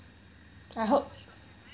I hope